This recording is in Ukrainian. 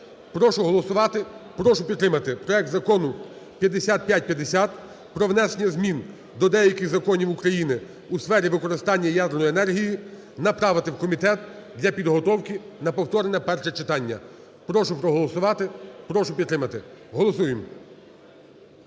Прошу голосувати, прошу підтримати проект Закону 5550 про внесення змін до деяких законів України у сфері використання ядерної енергії направити в комітет для підготовки на повторне перше читання. Прошу проголосувати, прошу підтримати. Голосуємо.